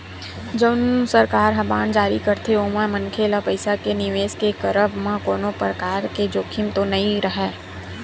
जउन सरकार ह बांड जारी करथे ओमा मनखे ल पइसा के निवेस के करब म कोनो परकार के जोखिम तो नइ राहय